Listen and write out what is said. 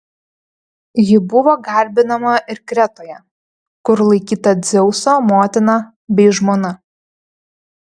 ji buvo garbinama ir kretoje kur laikyta dzeuso motina bei žmona